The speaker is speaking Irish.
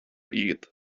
iad